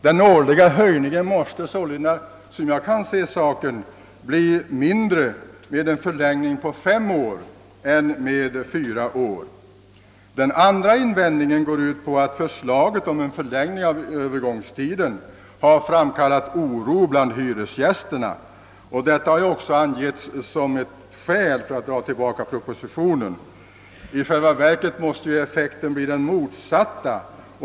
Den årliga höjningen måste sålunda enligt vad jag kan förstå bli mindre vid en övergångstid på fem år än vid en sådan på fyra år. Den andra invändningen går ut på att förslaget om en förlängning av Öövergångstiden framkallat oro bland hyresgästerna; detta har ju också angivits som ett skäl för att dra tillbaka propositionen. I själva verket måste ju effekten bli den motsatta.